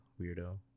weirdo